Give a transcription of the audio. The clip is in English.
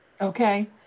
Okay